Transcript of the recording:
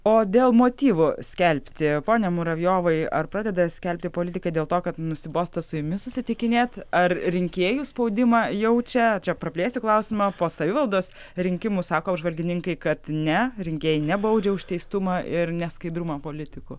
o dėl motyvo skelbti pone muravjovai ar pradeda skelbti politikai dėl to kad nusibosta su jumis susitikinėt ar rinkėjų spaudimą jaučia čia praplėsiu klausimą po savivaldos rinkimų sako apžvalgininkai kad ne rinkėjai nebaudžia už teistumą ir neskaidrumą politikų